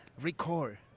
record